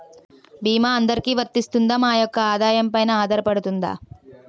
భీమా అందరికీ వరిస్తుందా? మా యెక్క ఆదాయం పెన ఆధారపడుతుందా?